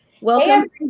Welcome